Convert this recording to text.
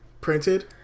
printed